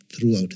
throughout